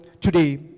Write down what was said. today